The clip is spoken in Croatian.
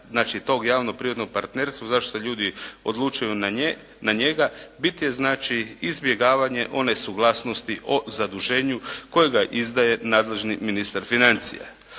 tog javno privatnog partnerstva, zašto se ljudi odlučuju na njega, bit je znači izbjegavanje one suglasnosti o zaduženju kojega izdaje nadležni ministar financija.